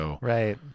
Right